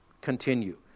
continue